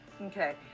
Okay